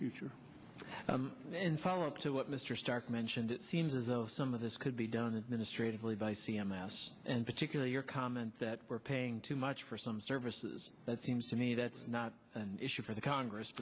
future in follow up to what mr starke mentioned it seems as though some of this could be done administrative leave by c m s and particularly your comment that we're paying too much for some service that seems to me that's not an issue for the congress